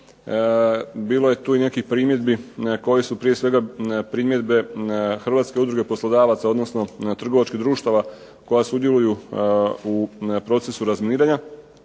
Bilo je tu i nekih primjedbi koje su prije svega primjedbe HUP-a, odnosno trgovačkih društava koja sudjeluju u procesu razminiranja.